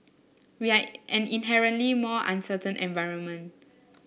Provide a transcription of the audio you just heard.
we are an inherently more uncertain environment